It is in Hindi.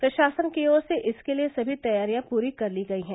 प्रशासन की ओर से इसके लिए सभी तैयारियां पूरी कर ली गयी हैं